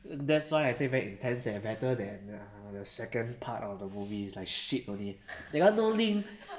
that's why I say very intense eh better than the second part of the movie like shit only that one no link